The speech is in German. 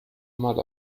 mal